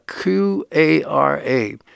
Q-A-R-A